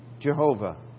Jehovah